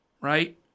right